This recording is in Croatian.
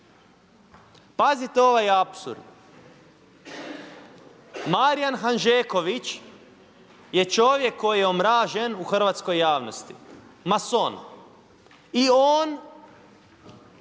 Pazite ovaj apsurd, Marijan Hanžeković je čovjek koji je omražen u hrvatskoj javnosti, mason, i on